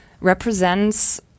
represents